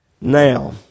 Now